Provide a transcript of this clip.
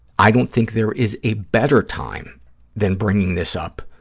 i don't think there is a better time than bringing this up,